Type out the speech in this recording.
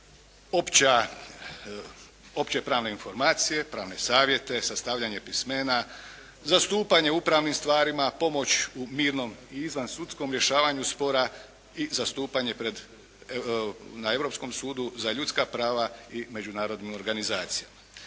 opće pravne informacije, pravne savjete, sastavljanje pismena, zastupanje u upravnim stvarima, pomoć u mirnom i izvansudskom rješavanju spora i zastupanje na europskom sudu za ljudska prava i međunarodnim organizacijama.